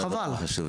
וחבל.